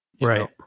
right